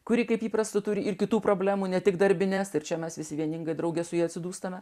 kuri kaip įprasta turi ir kitų problemų ne tik darbinės ir čia mes visi vieningai drauge su juo atsidūstame